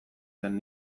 zen